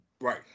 Right